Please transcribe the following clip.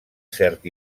cert